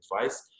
advice